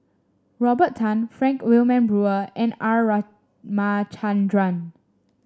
Robert Tan Frank Wilmin Brewer and R Ramachandran